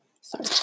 Sorry